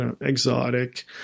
Exotic